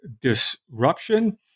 Disruption